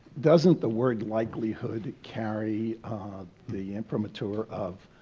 doesn't the word likelihood carry the imprimatur of,